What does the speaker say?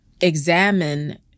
examine